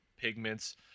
pigments